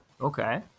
Okay